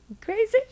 crazy